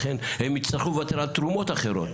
לכן הם יצטרכו לוותר על תרומות אחרות,